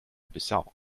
bissau